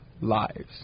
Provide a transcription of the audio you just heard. lives